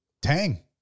Tang